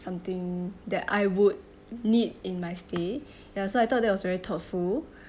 something that I would need in my stay ya so I thought that was very thoughtful